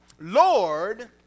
Lord